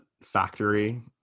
factory